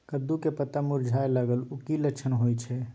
कद्दू के पत्ता मुरझाय लागल उ कि लक्षण होय छै?